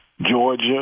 Georgia